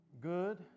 good